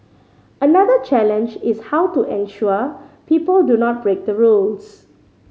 another challenge is how to ensure people do not break the rules